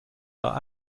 are